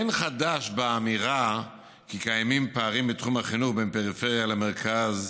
אין חדש באמירה שקיימים פערים בתחום החינוך בין פריפריה למרכז,